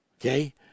okay